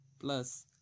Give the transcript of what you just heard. Plus